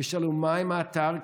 ושאלו מה עם האתר.